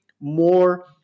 more